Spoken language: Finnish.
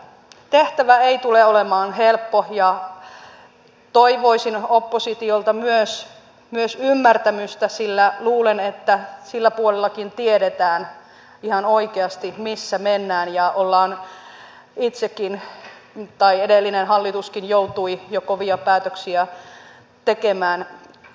tehtävä ei tule olemaan helppo ja toivoisin oppositiolta myös ymmärtämystä sillä luulen että silläkin puolella tiedetään ihan oikeasti missä mennään ja ollaan ja edellinenkin hallitus joutui jo kovia päätöksiä tekemään